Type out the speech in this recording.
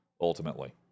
ultimately